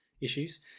issues